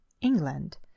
England